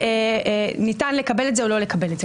אוזניים להם ולא ישמעו.